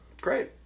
Great